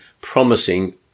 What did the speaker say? promising